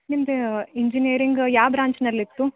ನಿಮ್ಮದು ಇಂಜಿನಿಯರಿಂಗು ಯಾವ ಬ್ರಾಂಚ್ನಲ್ಲಿತ್ತು